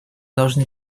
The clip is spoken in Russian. должны